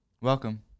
Welcome